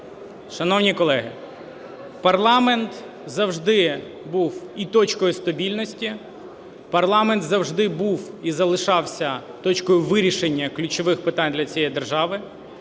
Шановні колеги, парламент завжди був і точкою стабільності, парламент завжди був і залишався точкою вирішення ключових питань для цієї держави,